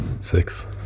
Six